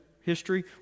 history